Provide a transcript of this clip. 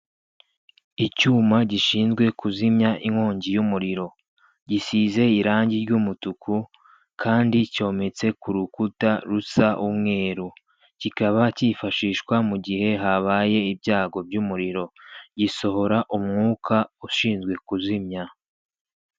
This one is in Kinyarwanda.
Icyuma gishinzwe kuzimya inkongi y'umuriro. Gisize irangi ry'umutuku kandi cyometse ku rukuta rusa umweru. Kikaba cyifashishwa mu gihe habaye ibyago by'umuriro. Gisohora umwuka ushinzwe kuzimya.